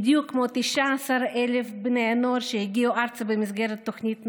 בדיוק כמו 19,000 בני הנוער שהגיעו ארצה במסגרת תוכנית נעל"ה.